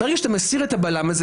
כשאתה מסיר את הבלם הזה,